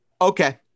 Okay